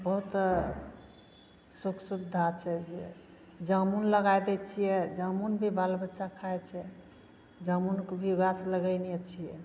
बहुत तऽ सुख सुबिधा छै जे जामुन लगाइ दै छियै जामुनभी बालबच्चा खाइ छै जामुनकेभी गाछ लगैने छियै